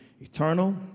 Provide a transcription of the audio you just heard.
eternal